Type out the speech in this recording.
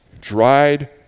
Dried